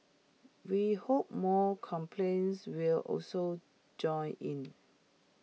we hope more companies will also join in